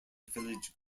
village